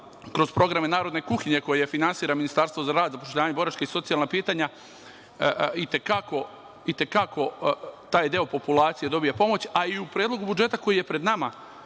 kroz programe narodne kuhinje koje finansira Ministarstvo za rad, zapošljavanje i boračka i socijalna pitanja, i te kako taj deo populacije dobija pomoć, a i u Predlogu budžeta koji je pred nama